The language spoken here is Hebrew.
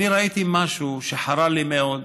אני ראיתי משהו שחרה לי מאוד,